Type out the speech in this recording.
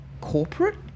corporate